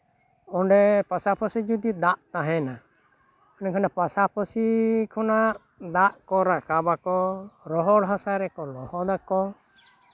ᱚᱸᱰᱮ ᱯᱟᱥᱟᱯᱟᱥᱤ ᱡᱩᱫᱤ ᱫᱟᱜ ᱛᱟᱦᱮᱱᱟ ᱮᱰᱮᱠᱷᱟᱱ ᱯᱟᱥᱟᱯᱟᱥᱤ ᱠᱷᱚᱱᱟᱜ ᱫᱟᱜ ᱠᱚ ᱨᱟᱠᱟᱵᱽ ᱟᱠᱚ ᱨᱚᱦᱚᱲ ᱦᱟᱥᱟ ᱨᱮᱠᱚ ᱞᱚᱦᱚᱫᱟ ᱠᱚ